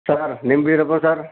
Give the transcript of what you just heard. sir నేను Beerappa sir